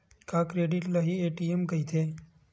का क्रेडिट ल हि ए.टी.एम कहिथे?